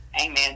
Amen